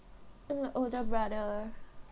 mm older brother